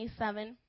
27